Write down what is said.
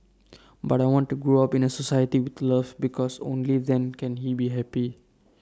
but I want to grow up in A society with love because only then can he be happy